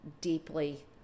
deeply